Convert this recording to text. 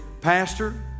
Pastor